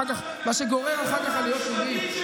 מה שגורר אחר כך עליות ריבית.